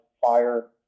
fire